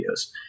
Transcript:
videos